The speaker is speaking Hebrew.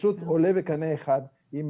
צריכה לכלול הסדר חדש,